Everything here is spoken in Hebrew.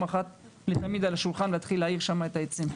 אחת ולתמיד על השולחן ולהתחיל להעיר שם את העצים.